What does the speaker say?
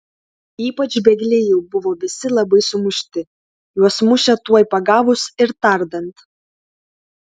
ypač bėgliai jau buvo visi labai sumušti juos mušė tuoj pagavus ir tardant